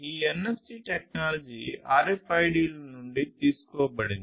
ఈ NFC technology RFID ల నుండి తీసుకోబడింది